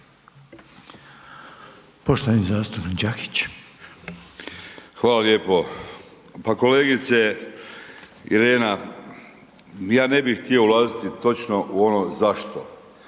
**Đakić, Josip (HDZ)** Hvala lijepo. Pa kolegice Irena, ja ne bih htio ulaziti točno u ono zašto